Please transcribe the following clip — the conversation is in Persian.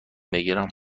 بگیرم